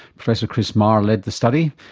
professor chris maher led the study.